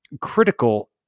critical